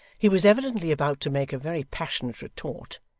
he was evidently about to make a very passionate retort,